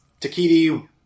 Takiti